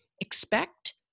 expect